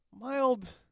mild